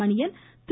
Maniyan Thiru